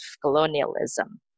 colonialism